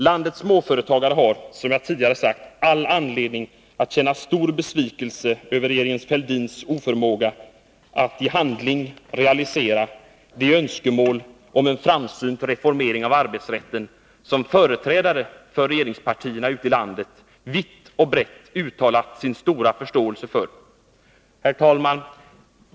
Landets småföretagare har, som jag tidigare sagt, all anledning att känna stor besvikelse över regeringen Fälldins oförmåga att i handling realisera de önskemål om en framsynt reformering av arbetsrätten som företrädare för regeringspartierna ute i landet vitt och brett har uttalat sin stora förståelse för.